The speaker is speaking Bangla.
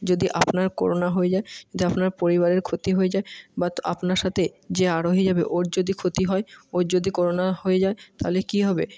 যদি আপনার করোনা হয়ে যায় যা আপনার পরিবারের ক্ষতি হয়ে যায় বা আপনার সাথে যে আরোহী যাবে ওর যদি ক্ষতি হয় ওর যদি করোনা হয়ে যায় তাহলে কী হবে